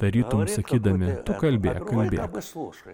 tarytum sakydami kalbėk kalbėk